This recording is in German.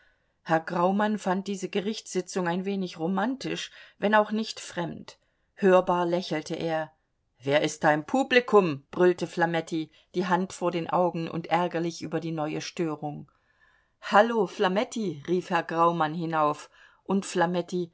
herr graumann fand diese gerichtssitzung ein wenig romantisch wenn auch nicht fremd hörbar lächelte er wer ist da im publikum brüllte flametti die hand vor den augen und ärgerlich über die neue störung hallo flametti rief herr graumann hinauf und